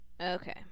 Okay